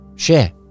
share